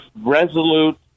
resolute